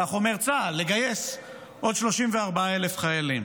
כך אומר צה"ל, לגייס עוד 34,000 חיילים.